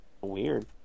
weird